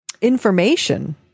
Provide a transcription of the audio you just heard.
information